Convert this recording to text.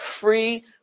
free